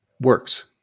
works